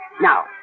Now